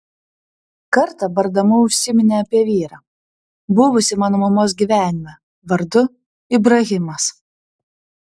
kartą bardama užsiminė apie vyrą buvusį mano mamos gyvenime vardu ibrahimas